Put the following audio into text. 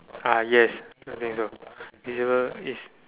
ah yes I think so visible is